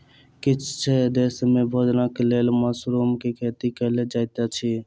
किछ देस में भोजनक लेल मशरुम के खेती कयल जाइत अछि